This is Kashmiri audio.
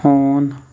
ہوٗن